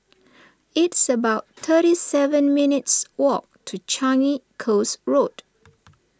it's about thirty seven minutes' walk to Changi Coast Road